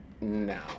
No